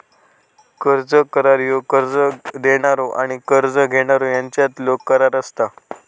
कर्ज करार ह्यो कर्ज देणारो आणि कर्ज घेणारो ह्यांच्यातलो करार असता